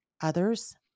others